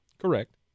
Correct